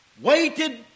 waited